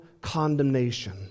condemnation